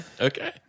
Okay